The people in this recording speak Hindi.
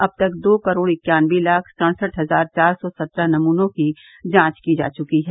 अब तक दो करोड़ इक्यानवे लाख सड़सठ हजार चार सौ सत्रह नमूनों की जांच की जा चुकी है